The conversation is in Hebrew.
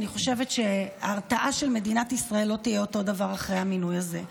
אני חושבת שההרתעה של מדינת ישראל לא תהיה אותו הדבר אחרי המינוי הזה.